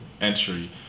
entry